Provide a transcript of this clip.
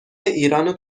ایرانو